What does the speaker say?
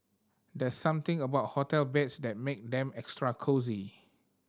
there's something about hotel beds that make them extra cosy